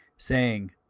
saying,